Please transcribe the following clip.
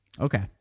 Okay